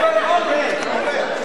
נתקבלה.